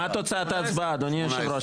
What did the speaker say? מה תוצאת ההצבעה, אדוני היושב ראש?